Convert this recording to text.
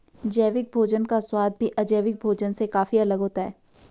जैविक भोजन का स्वाद भी अजैविक भोजन से काफी अलग होता है